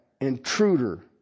intruder